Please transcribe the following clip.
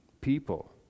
people